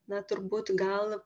na turbūt gal